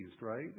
right